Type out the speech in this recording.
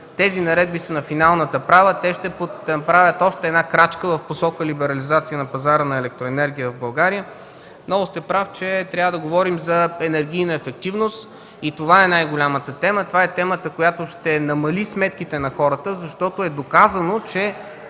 Тези наредби са на финалната права. Ще направят още една крачка в посока либерализация на пазара на електроенергия в България. Много сте прав, че трябва да говорим за енергийна ефективност. Това е най-голямата тема. Това е темата, която ще намали сметките за хората, защото е доказано, че